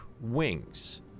wings